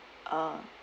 uh